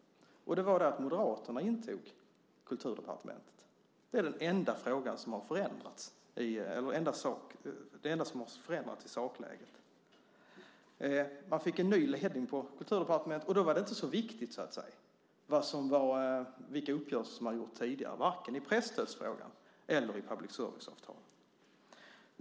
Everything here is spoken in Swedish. Det är att Moderaterna intog Kulturdepartementet. Det är det enda som har förändrats i sakläget. Man fick en ny ledning på Kulturdepartementet. Då var det inte så viktigt vilka uppgörelser som gjorts tidigare vare sig i presstödsfrågan eller i public service-avtalet.